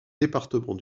département